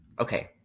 Okay